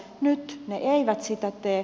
nyt ne eivät sitä tee